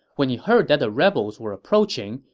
when he heard that the rebels were approaching,